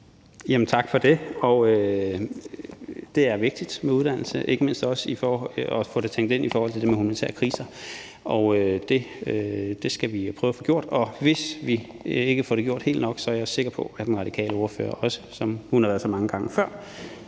Tak for det. Det er vigtigt med uddannelse, ikke mindst også at få det tænkt ind i forhold til det med humanitære kriser. Det skal vi jo prøve at få gjort, og hvis vi ikke får det gjort helt nok, er jeg sikker på, at den radikale ordfører, som hun har gjort så mange gange før,